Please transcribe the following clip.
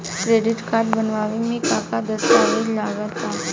Credit card बनवावे म का का दस्तावेज लगा ता?